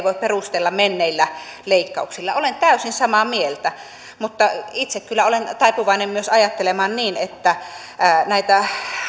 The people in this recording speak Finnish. voi perustella menneillä leikkauksilla olen täysin samaa mieltä mutta itse kyllä olen taipuvainen myös ajattelemaan niin että näitä